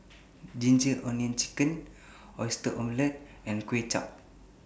Ginger Onions Chicken Oyster Omelette and Kway Chap